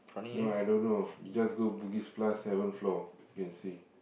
no I don't know you just go Bugis-Plus seven floor can see